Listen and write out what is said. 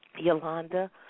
Yolanda